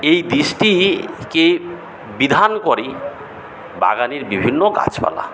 এই দৃষ্টিকে বিধান করে বাগানের বিভিন্ন গাছপালা